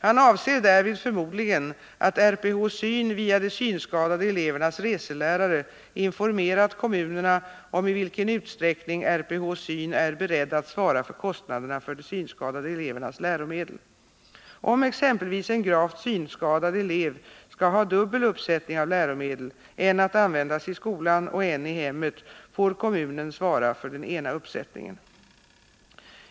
Han avser därvid förmodligen att RPH-SYN via de synskadade elevernas reselärare informerat kommunerna om i vilken utsträckning RPH-SYN är beredd att svara för kostnaderna för de synskadade elevernas läromedel. Om exempelvis en gravt synskadad elev skall ha dubbel uppsättning av läromedel — en att användas i skolan och en i hemmet — får kommunen svara för den ena uppsättningen.